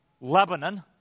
Lebanon